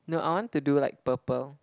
no I want to do like purple